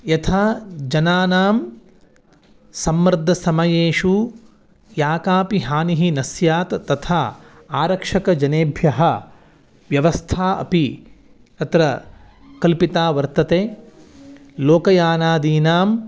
यथा जनानां सम्मर्दः समयेषु या कापि हानिः न स्यात् तथा आरक्षकजनेभ्यः व्यवस्था अपि अत्र कल्पिता वर्तते लोकयानादीनाम्